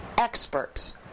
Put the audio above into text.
Experts